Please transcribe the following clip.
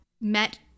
met